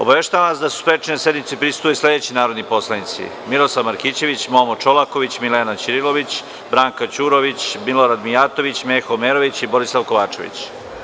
Obaveštavam vas da su sprečeni da sednici prisustvuju sledeći narodni poslanici: Miroslav Markićević, Momo Čolaković, Milena Ćirilović, Branka Ćurović, Milorad Mijatović, Meho Omerović i Borislav Kovačević.